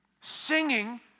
singing